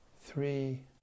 three